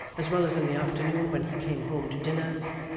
as well as in the afternoon when he came home to dinner,